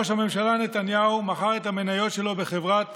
ראש הממשלה נתניהו מכר את המניות שלו בחברת